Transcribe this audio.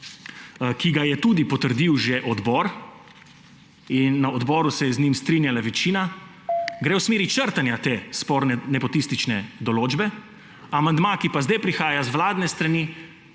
ki ga je tudi potrdil že odbor, in na odboru se je z njim strinjala večina, gre v smeri črtanja te sporne nepotistične določbe. Amandma, ki pa sedaj prihaja z vladne strani,